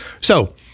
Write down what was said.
So-